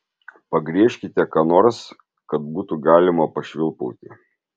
pagriežkite ką nors kad būtų galima pašvilpauti